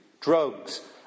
drugs